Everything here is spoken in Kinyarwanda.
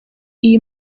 iyi